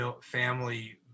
family